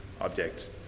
objects